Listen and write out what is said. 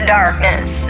darkness